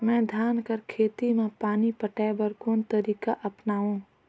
मैं धान कर खेती म पानी पटाय बर कोन तरीका अपनावो?